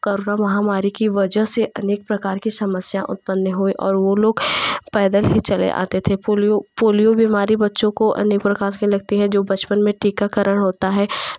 corona महामारी की वजह से अनेक प्रकार की समस्या उत्पन्न हुए और वो लोग पैदल ही चले आते थे पोलियो पोलियो बीमारी बच्चों को अन्य प्रकार के लगते हैं जो बचपन में टीकाकरण होता है